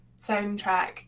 soundtrack